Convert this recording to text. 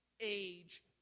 age